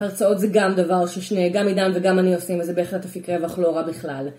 הרצאות זה גם דבר שגם עידן וגם אני עושים, אז זה בהחלט אפיק רווח לא רע בכלל.